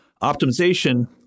Optimization